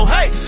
Hey